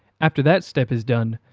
after that step is done,